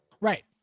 Right